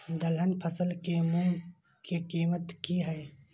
दलहन फसल के मूँग के कीमत की हय?